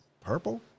Purple